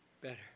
better